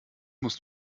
muss